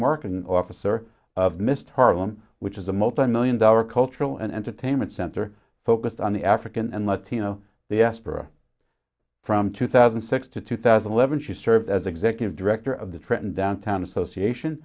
marketing officer of missed harlem which is a multimillion dollar cultural and entertainment center focused on the african and latino the asper from two thousand and six to two thousand and eleven she served as executive director of the trenton downtown association